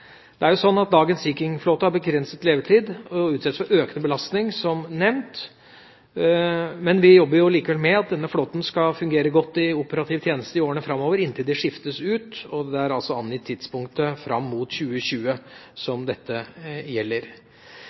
Dagens Sea King-flåte har begrenset levetid og utsettes, som nevnt, for økende belastning, men vi jobber likevel med at denne flåten skal fungere godt i operativ tjeneste i årene framover inntil de skiftes ut. Det er her angitt et tidspunkt fram mot 2020.